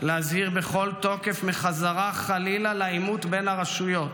להזהיר בכל תוקף מחזרה חלילה לעימות בין הרשויות,